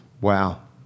Wow